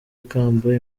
ikamba